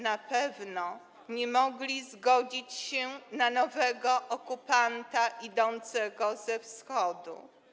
Na pewno nie mogli zgodzić się na nowego okupanta idącego ze Wschodu.